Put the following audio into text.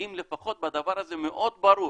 אם לפחות בדבר הזה מאוד ברור